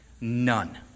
None